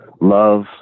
love